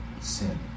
sin